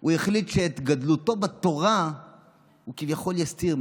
הוא החליט שאת גדלותו בתורה הוא כביכול יסתיר,